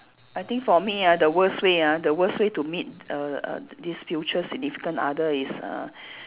I think for me ah the worst way ah the worst way to meet err err this future significant other is uh